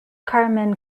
carmen